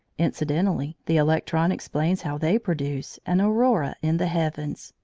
incidentally the electron explains how they produce an aurora in the heavens,